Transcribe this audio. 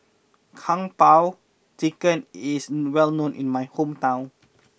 Kung Po Chicken is well known in my hometown